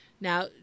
Now